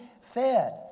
fed